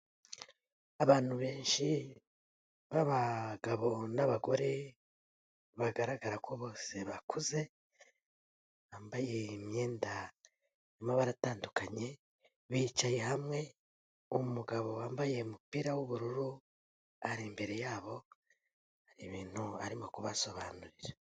Abantu benshi b'abagabo n'abagore, bagaragara ko bose bakuze, bambaye imyenda y'amabara atandukanye, bicaye hamwe, umugabo wambaye umupira w'ubururu, ari imbere yabo hari ibintu arimo kubasobanurira.